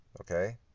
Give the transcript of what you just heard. Okay